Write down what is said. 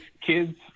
kids